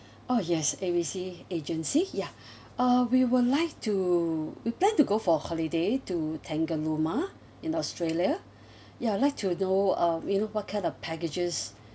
oh yes A B C agency ya uh we would like to we plan to go for holiday to tangalooma in australia yeah I'd like to know uh you know what kind of packages